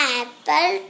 apple